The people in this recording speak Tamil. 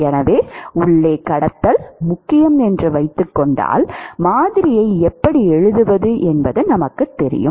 எனவே உள்ளே கடத்தல் முக்கியம் என்று வைத்துக் கொண்டால் மாதிரியை எப்படி எழுதுவது என்பது நமக்குத் தெரியும்